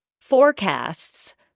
forecasts